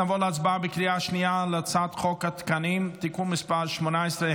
נעבור להצבעה בקריאה שנייה על הצעת חוק התקנים (תיקון מספר 18),